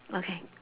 okay